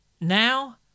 now